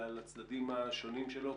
על הצדדים השונים שלו.